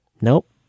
Nope